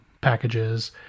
packages